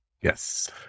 Yes